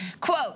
Quote